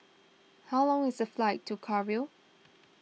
how long is the flight to Cairo